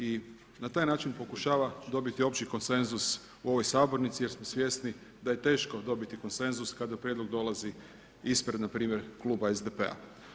I na taj način pokušava dobiti opći konsenzus u ovoj sabornici jer smo svjesni da je teško dobiti konsenzus kada prijedlog dolazi ispred na primjer kluba SDP-a.